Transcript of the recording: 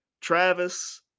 Travis